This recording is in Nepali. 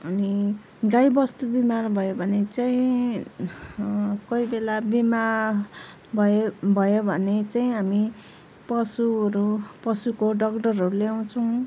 अनि गाईबस्तु बिमार भयो भने चाहिँ कोही बेला बिमार भयो भयो भने चाहिँ हामी पशुहरू पशुको डक्टरहरू ल्याउँछौँ